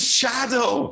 shadow